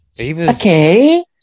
Okay